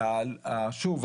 ושוב,